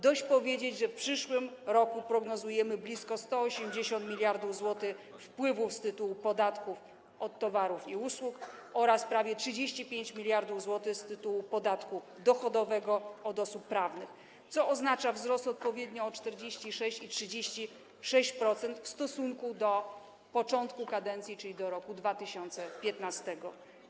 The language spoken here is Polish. Dość powiedzieć, że w przyszłym roku prognozujemy blisko 180 mld zł wpływów z tytułu podatków od towarów i usług oraz prawie 35 mld z tytułu podatku dochodowego od osób prawnych, co oznacza wzrost odpowiednio o 46% i 36% w stosunku do początku kadencji, czyli do roku 2015.